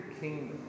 kingdom